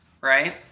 right